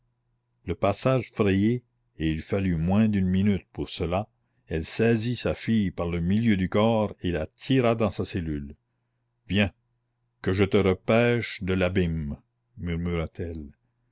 le passage frayé et il fallut moins d'une minute pour cela elle saisit sa fille par le milieu du corps et la tira dans sa cellule viens que je te repêche de l'abîme